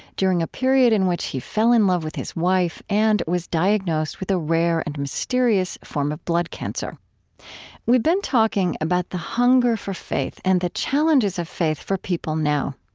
during a period in which he fell in love with his wife and was diagnosed with a rare and mysterious form of blood cancer we've been talking about the hunger for faith and the challenges of faith for people now.